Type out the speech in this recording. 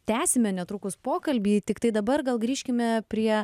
tęsime netrukus pokalbį tiktai dabar gal grįžkime prie